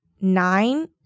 nine